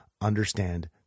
understand